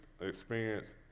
experience